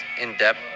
in-depth